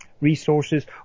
resources